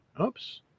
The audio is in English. Oops